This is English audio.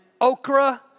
okra